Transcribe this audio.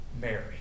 Mary